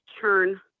turn